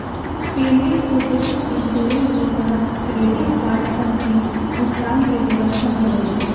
payment protection insurance के तहत credit card सब के भुगतान के व्यवस्था भी रहेला